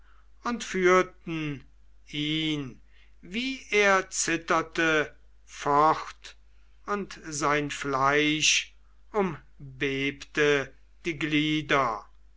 und führten ihn wie er zitterte fort und sein fleisch umbebte die glieder